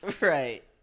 Right